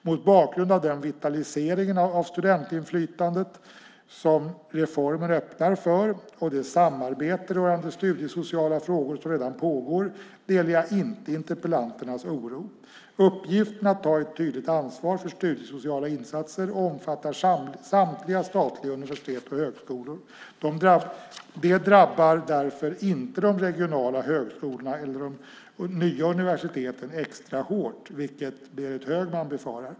Mot bakgrund av den vitalisering av studentinflytandet som reformen öppnar för och det samarbete rörande studiesociala frågor som redan pågår delar jag inte interpellanternas oro. Uppgiften att ta ett tydligt ansvar för studiesociala insatser omfattar samtliga statliga universitet och högskolor. Det drabbar därför inte de regionala högskolorna eller de nya universiteten extra hårt, vilket Berit Högman befarar.